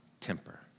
temper